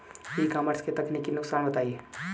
ई commerce के तकनीकी नुकसान बताएं?